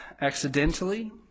accidentally